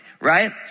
right